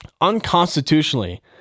unconstitutionally